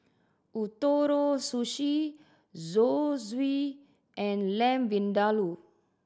Ootoro Sushi Zosui and Lamb Vindaloo